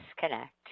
disconnect